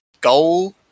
goal